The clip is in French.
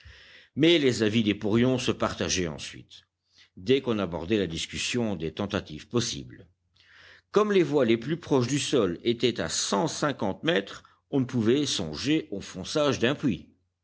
mais les avis des porions se partageaient ensuite dès qu'on abordait la discussion des tentatives possibles comme les voies les plus proches du sol étaient à cent cinquante mètres on ne pouvait songer au fonçage d'un puits